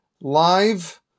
live